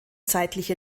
zeitliche